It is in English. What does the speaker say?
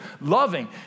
loving